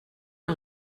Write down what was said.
ein